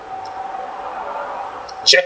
check